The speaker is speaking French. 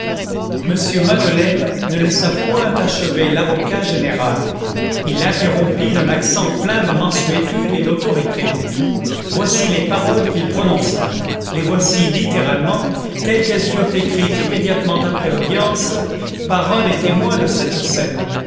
m madeleine ne laissa point achever l'avocat général il l'interrompit d'un accent plein de mansuétude et d'autorité voici les paroles qu'il prononça les voici littéralement telles qu'elles furent écrites immédiatement après l'audience par un des témoins de cette scène